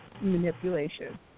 manipulation